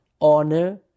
honor